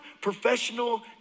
professional